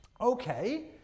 okay